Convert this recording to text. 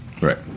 right